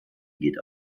geht